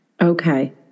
Okay